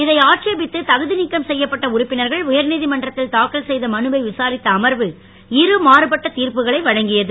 இதை ஆட்சேபித்து தகுதி நீக்கம் செய்யப்பட்ட உறுப்பினர்கள் உயர் நீதமன்றத்தில் தாக்கல் செய்த மனுவை விசாரித்த அமர்வு இரு மாறுபட்ட திர்ப்புகளை வழங்கியது